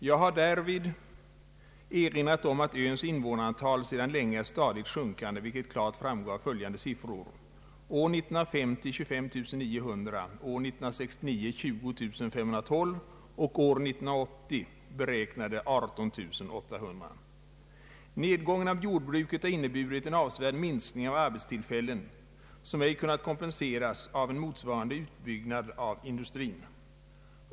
Jag har därvid erinrat om att Ölands invånarantal sedan länge är stadigt sjunkande, vilket framgår av följande siffror: år 1950 25 900, år 1969 20512 och år 1980 beräknade 18 800. Nedgången av jordbruket har inneburit en avsevärd minskning av arbetstillfällen som ej kunnat kompenseras av en motsvarande utbyggnad av industrin.